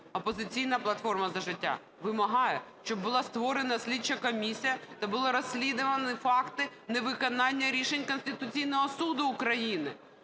"Опозиційна платформа – За життя" вимагає, щоб була створена слідча комісія та були розслідувані факти невиконання рішень Конституційного Суду України.